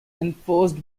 enforced